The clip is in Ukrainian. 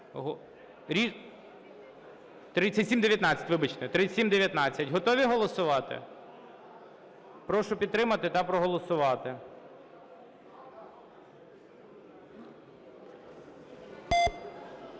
3709). Вибачте, 3719. Готові голосувати? Прошу підтримати та проголосувати.